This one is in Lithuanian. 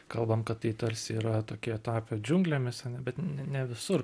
kalbam kad tai tarsi yra tokie tapę džiunglėmis ane bet n ne visur